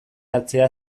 hartzea